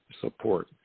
support